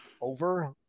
over